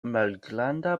malgranda